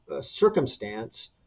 circumstance